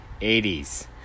80s